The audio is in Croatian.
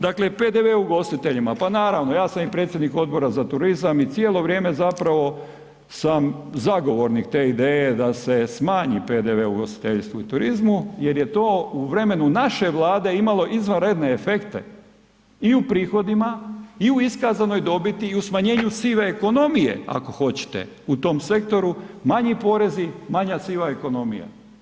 Dakle, PDV ugostiteljima, pa naravno, ja sam i predsjednik Odbora za turizam i cijelo vrijeme zapravo sam zagovornik te ideje da se smanji PDV u ugostiteljstvu i turizmu jer je to u vremenu naše Vlade imalo izvanredne efekte i u prihodima i u iskazanoj dobiti i u smanjenju sive ekonomije, ako hoćete u tom sektoru, manji porezi, manja siva ekonomija.